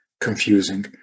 confusing